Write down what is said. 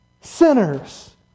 sinners